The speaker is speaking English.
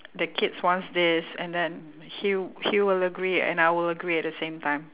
the kids wants this and then he he will agree and I will agree at the same time